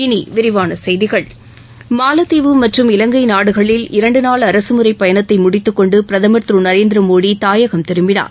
இனி விரிவான செய்திகள் மாலத்தீவு மற்றும் இலங்கை நாடுகளில் இரண்டு நாள் அரசு முறைப்பயணத்தை முடித்துக்கொண்டு பிரதமர் திரு நரேந்திர மோடி தாயகம் திரும்பினார்